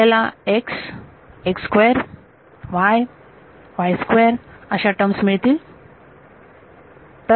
आपल्याला x y अशा term मिळतील मला मिळतील